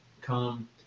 come